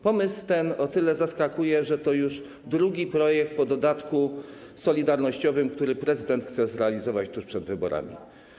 Pomysł ten o tyle zaskakuje, że to już drugi projekt po dodatku solidarnościowym, który prezydent chce zrealizować tuż przed wyborami.